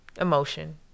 emotion